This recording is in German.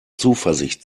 zuversicht